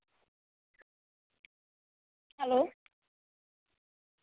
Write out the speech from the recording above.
hello